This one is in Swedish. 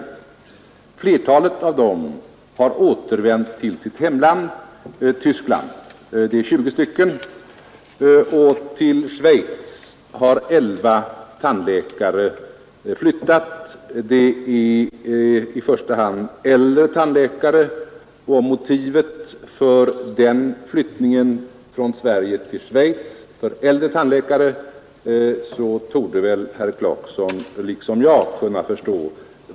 Ett flertal av dem har återvänt till sitt hemland, Tyskland — det är 20 stycken. Till Schweiz har elva tandläkare flyttat. Det är i första hand äldre tandläkare, och vad den flyttningen från Sverige till Schweiz för äldre tandläkare i varje fall delvis kan bero på torde herr Clarkson liksom jag kunna förstå.